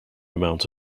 amount